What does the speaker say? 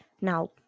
Now